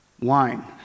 Wine